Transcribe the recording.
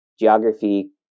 geography